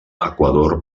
equador